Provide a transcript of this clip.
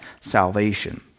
salvation